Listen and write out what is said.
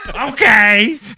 Okay